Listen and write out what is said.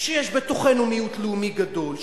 כשיש בתוכנו מיעוט לאומי גדול,